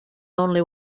only